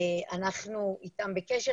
אנחנו איתם בקשר,